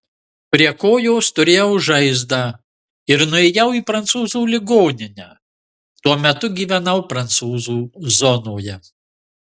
prie kojos turėjau žaizdą ir nuėjau į prancūzų ligoninę tuo metu gyvenau prancūzų zonoje